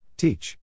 Teach